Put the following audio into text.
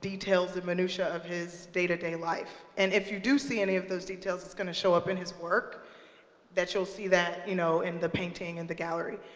details and minutia of his day-to-day life. and if you do see any of those details, it's gonna show up in his work that you'll see that you know in the painting in the gallery.